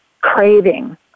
craving